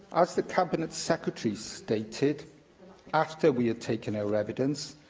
as the cabinet secretary stated after we had taken our evidence,